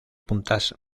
puntas